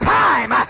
time